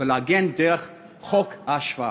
ולהגן דרך חוק ההשעיה.